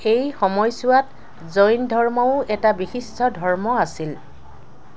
সেই সময়ছোৱাত জৈন ধৰ্মও এটা বিশিষ্ট ধৰ্ম আছিল